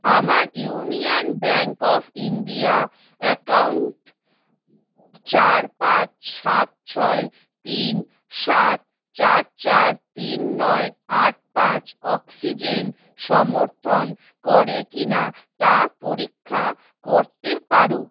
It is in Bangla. আমার union bank of India account চার পাঁচ সাত ছয় তিন সাত চার চার তিন নয় আট পাঁচ অক্সিজেন সমর্থন করে কি না তা পরীক্ষা করতে পারো